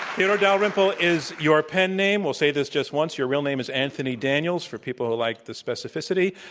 theodore dalrymple is your pen name. we'll say this just once. your real name is anthony daniels, for people who like the specificity.